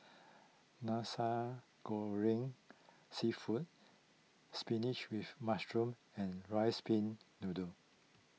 Nasi Goreng Seafood Spinach with Mushroom and Rice Pin Noodles